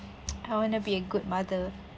I want to be a good mother